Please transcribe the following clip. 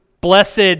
blessed